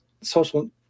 social